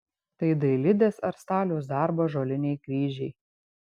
tai dailidės ar staliaus darbo ąžuoliniai kryžiai